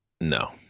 No